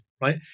right